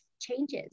changes